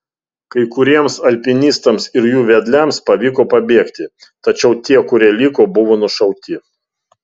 kai kuriems alpinistams ir jų vedliams pavyko pabėgti tačiau tie kurie liko buvo nušauti